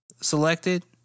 selected